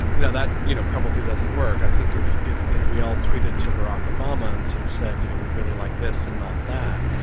yeah that you know probably doesn't work. i think if if we all tweeted to barack obama and sort of said, you know, we'd really like this and not that,